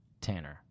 Tanner